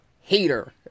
hater